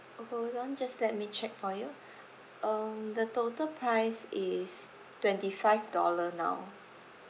oh hold on just let me check for you um the total price is twenty five dollar now